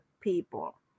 people